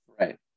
Right